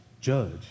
judge